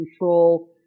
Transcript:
control